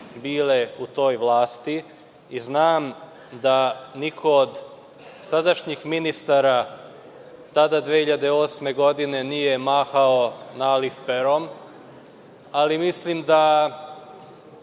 bile u toj vlasti i znam da niko od sadašnjih ministara tada 2008. godine nije mahao naliv perom, ali mislim da